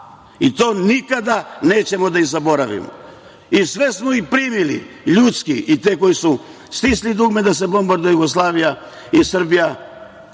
I to nikada nećemo da im zaboravimo. I sve smo ih primili ljudski i te koji su stisli dugme da se bombarduje Jugoslavija i Srbija,